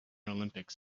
olympics